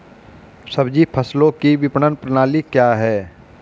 सब्जी फसलों की विपणन प्रणाली क्या है?